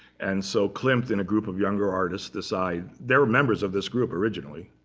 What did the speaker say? and so klimt and a group of younger artists decide they were members of this group originally,